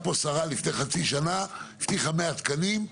לפני חצי שנה הייתה פה השרה והבטיחה 100 תקנים,